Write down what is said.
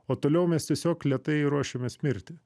o toliau mes tiesiog lėtai ruošiamės mirti